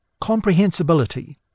Comprehensibility